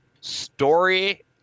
Story